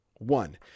One